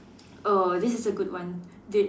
oh this is a good one did